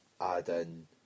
adding